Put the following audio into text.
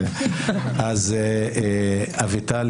אביטל,